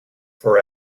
for